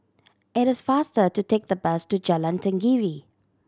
it is faster to take the bus to Jalan Tenggiri